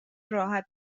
راحت